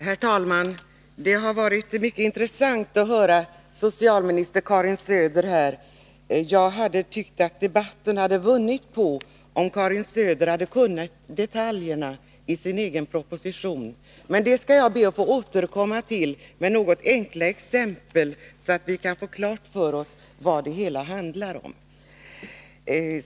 Herr talman! Det har varit mycket intressant att höra socialminister Karin Söder. Jag tycker att debatten hade vunnit på om Karin Söder hade kunnat detaljerna i sin egen proposition. Jag skall be att få återkomma till det med några enkla exempel, så att vi kan få klart för oss vad det hela handlar om.